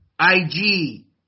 IG